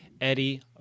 Eddie